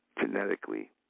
Genetically